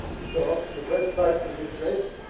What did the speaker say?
so the best part of this race